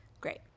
Great